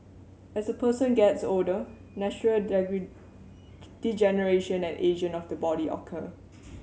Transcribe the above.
as a person gets older natural degeneration and ageing of the body occur